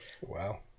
Wow